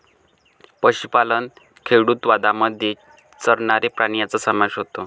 पशुपालन खेडूतवादामध्ये चरणारे प्राणी यांचा समावेश होतो